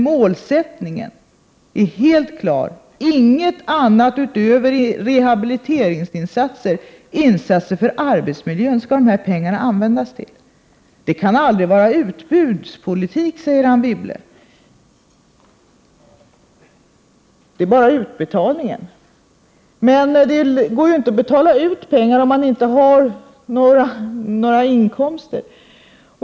Målsättningen är helt klar: till ingenting annat än rehabiliteringsinsatser och insatser för arbetsmiljön skall dessa pengar användas. Det kan aldrig vara utbudspolitik, säger Anne Wibble, utan det är bara utbetalningarna som är det. Men man kan ju inte betala ut pengar om man inte har några inkomster.